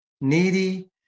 needy